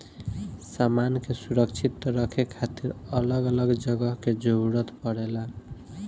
सामान के सुरक्षित रखे खातिर अलग अलग जगह के जरूरत पड़ेला